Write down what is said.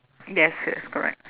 yes yes correct